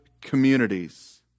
communities